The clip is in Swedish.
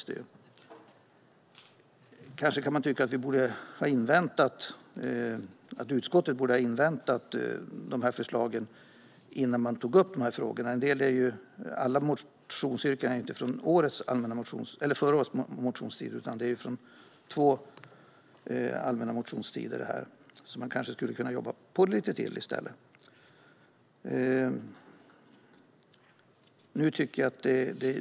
Det kan tyckas att utskottet borde ha inväntat förslagen från det arbete som pågår innan de här frågorna togs upp. Alla motionsyrkandena kommer inte från den senaste allmänna motionstiden, utan de kommer från två allmänna motionstider. Man hade kanske kunnat jobba på lite mer i stället.